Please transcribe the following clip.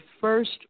first